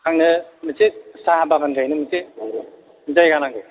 आंनो मोनसे साहा बागान गायनो मोनसे जायगा नांगौ